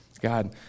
God